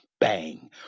bang